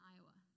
Iowa